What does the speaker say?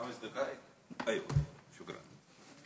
חמס דקאייק, אייווא, שוכרן.